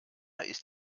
ist